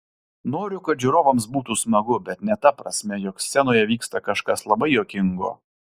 noriu kad žiūrovams būtų smagu bet ne ta prasme jog scenoje vyksta kažkas labai juokingo